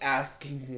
asking